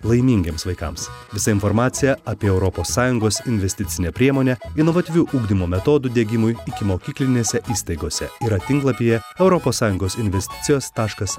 laimingiems vaikams visa informacija apie europos sąjungos investicinę priemonę inovatyvių ugdymo metodų diegimui ikimokyklinėse įstaigose yra tinklapyje europos sąjungos investicijos taškas